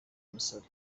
musore